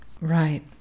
Right